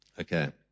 Okay